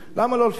למה לא לפרגן?